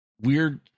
weird